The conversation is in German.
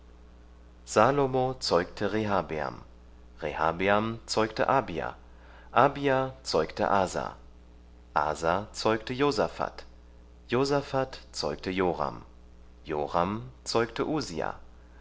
salomo zeugte rehabeam rehabeam zeugte abia abia zeugte asa asa zeugte josaphat josaphat zeugte joram joram zeugte